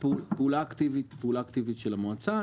פעולה אקטיבית של המועצה,